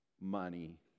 money